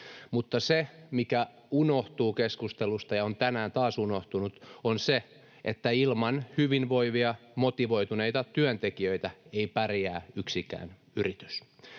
Mutta se, mikä unohtuu keskustelusta ja on tänään taas unohtunut, on se, että ilman hyvinvoivia, motivoituneita työntekijöitä ei pärjää yksikään yritys.